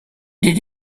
did